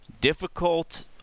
difficult